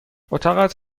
اتاقت